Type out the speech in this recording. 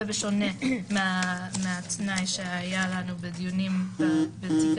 זה בשונה מהתנאי שהיה לנו בדיונים בתיק